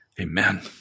Amen